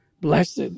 Blessed